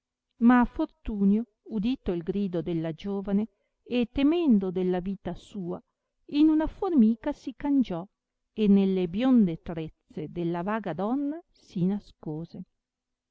ma fortunio udito il grido della giovane e temendo della vita sua in una formica si cangiò e nelle bionde trezze della vaga donna si nascose